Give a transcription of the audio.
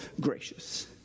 gracious